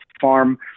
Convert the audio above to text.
Farm